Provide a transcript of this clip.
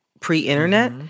pre-internet